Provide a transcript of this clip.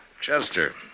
Chester